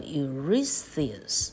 Eurystheus